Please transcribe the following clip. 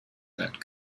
that